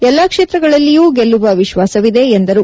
ಎಲ್ಲಾ ಕ್ಷೇತ್ರಗಳಲ್ಲಿಯೂ ಗೆಲ್ಲುವ ವಿಶ್ವಾಸವಿದೆ ಎಂದರು